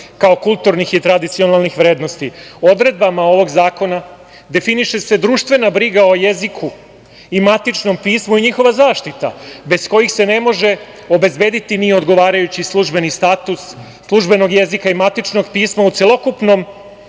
kao kulturnih i tradicionalnih vrednosti. Odredbama ovog zakona definiše se društvena briga o jeziku i matičnom pismu i njihova zaštita, bez kojih se ne može obezbediti ni odgovarajući službeni status službenog jezika i matičnog pisma u celokupnom